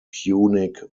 punic